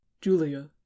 Julia